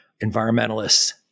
environmentalists